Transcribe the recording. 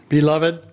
Beloved